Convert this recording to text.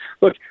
Look